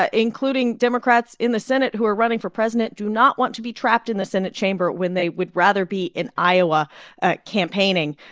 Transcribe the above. ah including democrats in the senate who are running for president, do not want to be trapped in the senate chamber when they would rather be in iowa campaigning.